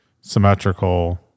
symmetrical